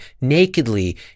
nakedly